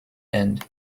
end